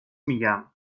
میگم